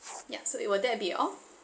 ya so it will that be all